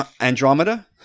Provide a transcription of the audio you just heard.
Andromeda